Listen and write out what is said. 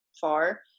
far